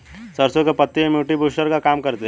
सरसों के पत्ते इम्युनिटी बूस्टर का काम करते है